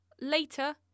later